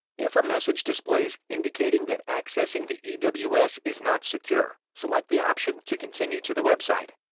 if a message displays indicating that accessing the ews is not secure, select the option to continue to the website.